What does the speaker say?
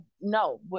no